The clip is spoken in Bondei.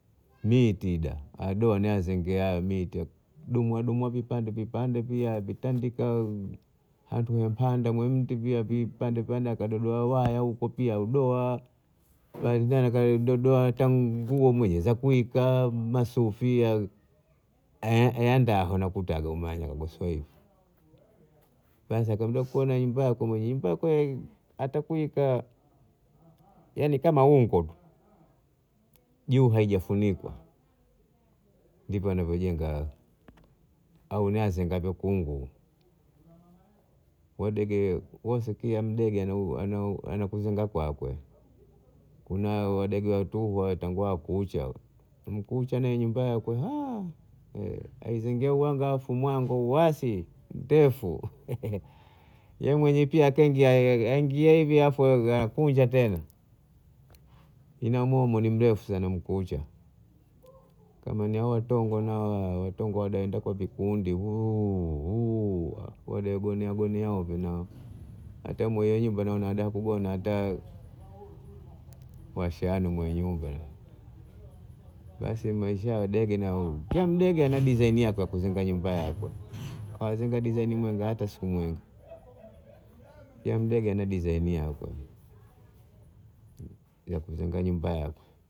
Mti da adoa azengea mti domoa domoa vipande vipande pia avitandika ahapanda mwe mti vipande pande akadodoa waya huko pia hudoa baadae tena dodoa hata nguo mwia za kuwika masufia ya ya ndaho nakutaga mwagosoe basi akamwambia kuwa na nyumba yako mwenyewe, nyumba yako hata kuwika, yani kama ungo juu haija funikwa ndivyo anavyo jenga au azengavyo kungu. Wadege wose kila mdege anau anau ana- anakuzenga kwake, kuna wadege watuhu watangua kucha, mkucha nyumba yake!! aizingila wanga halafu mwanga wasi ndefu ye mwenyewe pia akaingia aingia hivi halafu hakunja tena. Ina mwomwo ni mrefu sana mkucha kama ni watongo, watongo waenda kwa vikundi wuuhu wuuhu wadai gonea gonea hovyo nao hata mwenye nyumba naoana hada kugona hata washani mwenye nyumba basi Maisha ya wadege, kila mdege ana disaini yake ya kuzenga nyumba yakwe hawazengi disaini mwega hata siku mwega, kila mdege ana disaini yakwe ya kuzenga nyumba yakwe.